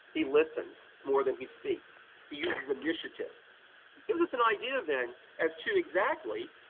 he listens more than he speaks, he uses initiative. it gives us an idea then as to exactly